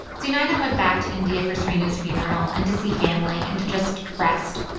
sunayana went back to india for srinu's funeral and to see family and to just rest.